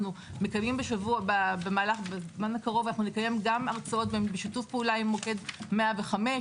אנחנו מקיימים במהלך הזמן הקרוב גם הרצאות בשיתוף פעולה עם מוקד 105,